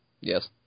Yes